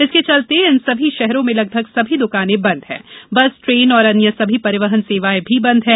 इसके चलते इन सभी शहरों में लगभग सभी दुकानें बंद है बस ट्रेन एवं अन्य सभी परिवहन सेवाएं भी बंद है